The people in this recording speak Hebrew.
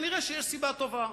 נראה שיש סיבה טובה,